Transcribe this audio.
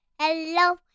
hello